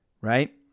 right